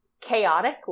chaotic